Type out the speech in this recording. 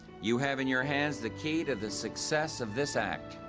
you have in your hands the key to the success of this act,